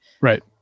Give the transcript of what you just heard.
right